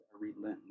relentless